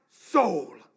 soul